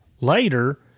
later